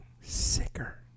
sicker